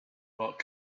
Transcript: bought